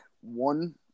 one